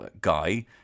guy